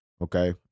okay